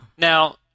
Now